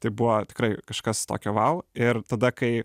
tai buvo tikrai kažkas tokio vau ir tada kai